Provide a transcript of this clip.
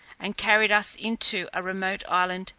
and carried us into a remote island,